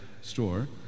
store